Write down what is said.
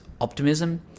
optimism